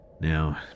Now